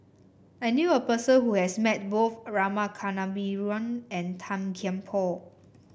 I knew a person who has met both Rama Kannabiran and Tan Kian Por